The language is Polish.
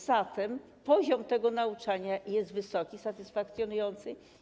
Zatem poziom tego nauczania jest wysoki, satysfakcjonujący.